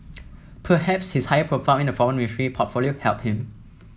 perhaps his higher profile in the foreign ministry portfolio helped him